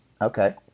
Okay